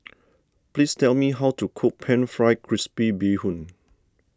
please tell me how to cook Pan Fried Crispy Bee Hoon